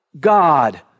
God